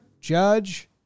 Judge